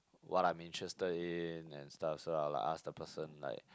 what I'm interested in and stuff so I'll like ask the person like